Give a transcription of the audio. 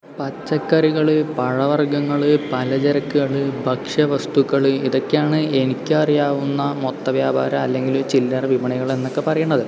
പച്ചക്കറികള് പഴവർഗങ്ങള് പലചരക്കുകള് ഭക്ഷ്യ വസ്തുക്കള് ഇതൊക്കെയാണ് എനിക്കറിയാവുന്ന മൊത്ത വ്യാപാര അല്ലെങ്കിൽ ചില്ലറ വിപണികൾ എന്നൊക്കെ പറയണത്